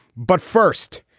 but first,